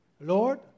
Lord